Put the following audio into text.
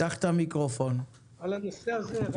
על הנושא הזה.